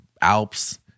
Alps